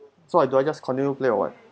so I do I just continue play or what